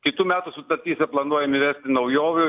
kitų metų sutartyse planuojam įvesti naujovių